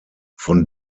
von